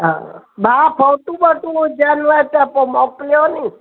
हा भाउ फोटूं बोटूं हुजनिव त पोइ मोकिलियो नी